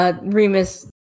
Remus